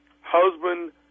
Husband